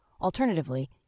Alternatively